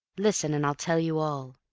listen and i'll tell you all.